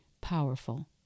powerful